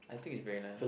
I think is very nice